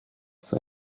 for